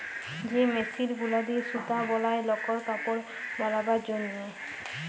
যে মেশিল গুলা দিয়ে সুতা বলায় লকর কাপড় বালাবার জনহে